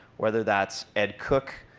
whether that's ed cooke,